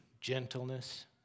gentleness